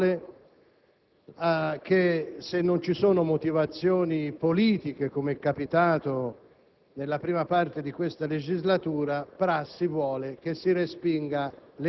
e sincero, non vi sia bisogno di fare gesti di buona educazione formale.